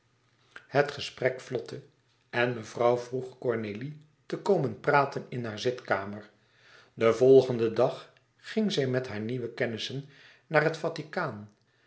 het gesprek vlotte en mevrouw vroeg cornélie te komen praten in haar zitkamer den volgenden dag ging zij met hare nieuwe kennissen naar het vaticaan